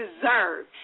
deserve